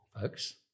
folks